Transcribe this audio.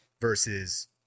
versus